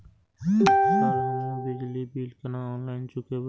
Sir हमू बिजली bill केना ऑनलाईन चुकेबे?